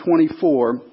24